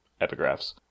epigraphs